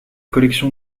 collections